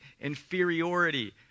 inferiority